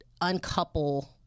uncouple